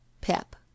Pep